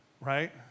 Right